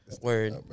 Word